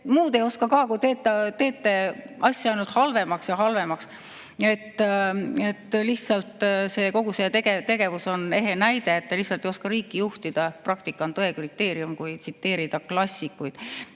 muud ei oska, kui teete asja ainult halvemaks ja halvemaks. Kogu see tegevus on ehe näide, et te lihtsalt ei oska riiki juhtida. Praktika on tõe kriteerium, kui tsiteerida klassikuid.